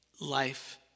life